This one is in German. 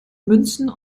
münzen